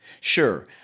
Sure